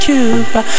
Cuba